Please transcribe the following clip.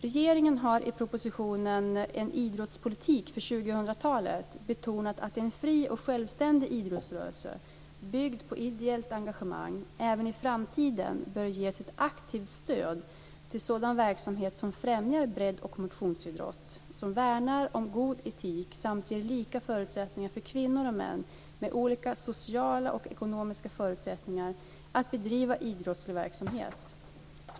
Regeringen har i propositionen 1998/99:107 En idrottspolitik för 2000-talet betonat att en fri och självständig idrottsrörelse, byggd på ideellt engagemang, även i framtiden bör ges ett aktivt stöd till sådan verksamhet som främjar bredd och motionsidrott, värnar om god etik samt ger lika förutsättningar för kvinnor och män med olika sociala och ekonomiska förutsättningar att bedriva idrottslig verksamhet.